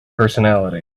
personality